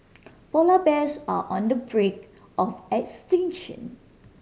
polar bears are on the brink of extinction